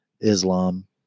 Islam